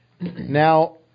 Now